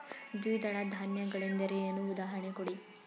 ದ್ವಿದಳ ಧಾನ್ಯ ಗಳೆಂದರೇನು, ಉದಾಹರಣೆ ಕೊಡಿ?